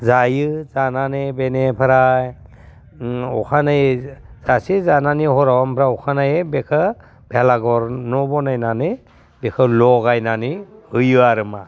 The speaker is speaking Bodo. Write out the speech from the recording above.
जायो जानानै बेनिफ्राय अखानायै जासे जानानै हराव ओमफ्राय अखानायै बेखो भेलाघर न' बनायनानै बेखो लगायनानै होयो आरो मा